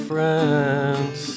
Friends